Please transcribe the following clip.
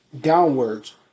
downwards